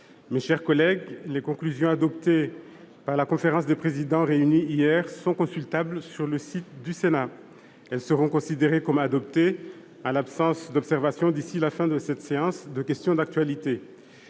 les réserves d'usage. Les conclusions adoptées par la conférence des présidents réunie hier sont consultables sur le site du Sénat. Elles seront considérées comme adoptées en l'absence d'observations d'ici à la fin de la séance.- Questions d'actualité